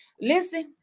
listen